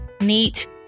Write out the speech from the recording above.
neat